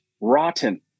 rotten